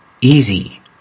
easy